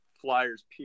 Flyers